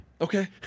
Okay